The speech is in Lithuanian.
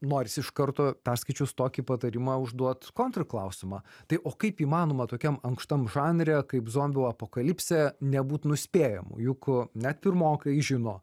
nors iš karto perskaičius tokį patarimą užduot kontrklausimą tai o kaip įmanoma tokiam ankštam žanre kaip zombių apokalipsė nebūt nuspėjamu juk net pirmokai žino